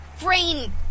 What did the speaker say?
Brain